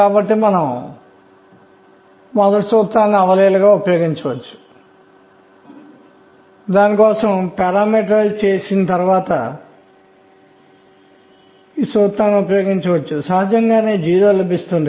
కాబట్టి ఇప్పుడు మనకు మరో క్వాంటం సంఖ్య ఉంది మనం దీనిని ms అని పిలుద్దాం s అనేది స్పిన్ ను సూచిస్తుంది